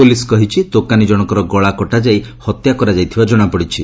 police କହିଛି ଦୋକାନୀ ଜଣଙ୍କର ଗଳା କଟାଯାଇ ହତ୍ୟା କରାଯାଇଥିବାର କଣାପଡ଼ିଛି